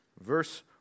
Verse